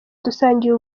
dusangiye